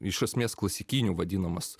iš esmės klasikiniu vadinamas